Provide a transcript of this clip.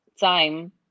time